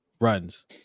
runs